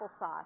applesauce